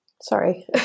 Sorry